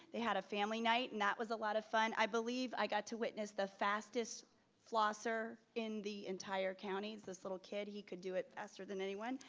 they had a family night and that was a lot of fun. i believe i got to witness the fastest flosser in the entire county. this little kid he could do it faster than anyone.